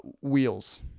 wheels